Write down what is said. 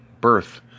birth